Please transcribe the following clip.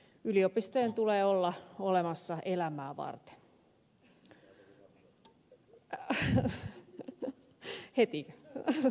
yliopistojen tulee olla olemassa elämää varten